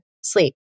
sleep